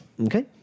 Okay